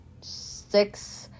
six